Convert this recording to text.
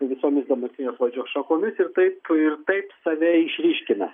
visomis dabartinės valdžios šakomis ir taip ir taip save išryškina